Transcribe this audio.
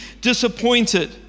disappointed